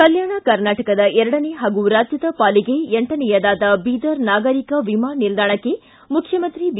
ಕಲ್ಯಾಣ ಕರ್ನಾಟಕದ ಎರಡನೇ ಹಾಗೂ ರಾಜ್ಯದ ಪಾಲಿಗೆ ಎಂಟನೇಯದಾದ ಬೀದರ್ ನಾಗರಿಕ ವಿಮಾನ ನಿಲ್ವಾಣಕ್ಕೆ ಮುಖ್ಯಮಂತ್ರಿ ಬಿ